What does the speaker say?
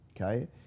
okay